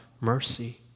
mercy